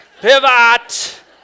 pivot